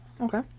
Okay